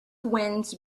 winds